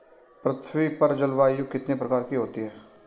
पृथ्वी पर जलवायु कितने प्रकार की होती है?